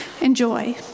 enjoy